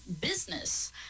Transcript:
business